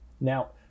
Now